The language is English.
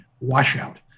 washout